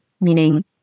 meaning